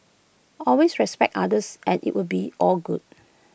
always respect others and IT will be all good